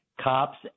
cops